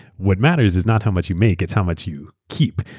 what matters is not how much you make, it's how much you keep.